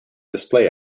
display